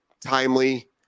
timely